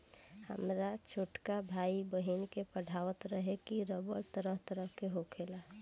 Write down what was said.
हामर छोटका भाई, बहिन के पढ़ावत रहे की रबड़ तरह तरह के होखेला